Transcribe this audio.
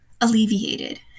alleviated